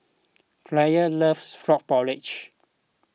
Clair loves Frog Porridge